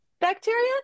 bacteria